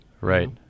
Right